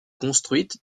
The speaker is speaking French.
construite